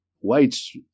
whites